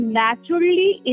naturally